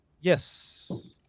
Yes